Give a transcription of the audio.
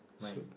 so